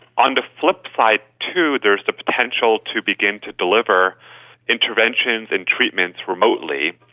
and flip side too there is the potential to begin to deliver interventions and treatments remotely,